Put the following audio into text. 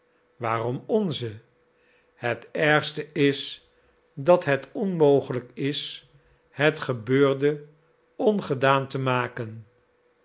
waarom onze het ergste is dat het onmogelijk is het gebeurde ongedaan te maken